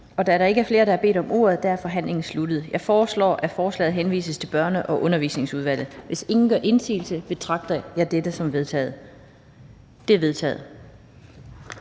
Da der ikke er flere, der har bedt om ordet, er forhandlingen sluttet. Jeg foreslår, at forslaget til folketingsbeslutning henvises til Børne- og Undervisningsudvalget. Hvis ingen gør indsigelse, betragter jeg dette som vedtaget. Det er vedtaget.